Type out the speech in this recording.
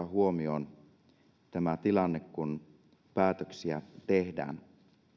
huomioon tämä tilanne kun päätöksiä tehdään